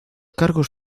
cargos